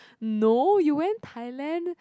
no you went Thailand